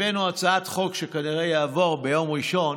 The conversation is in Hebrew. הבאנו הצעת חוק שכנראה תעבור ביום ראשון